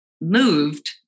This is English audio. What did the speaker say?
moved